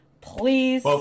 Please